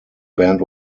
band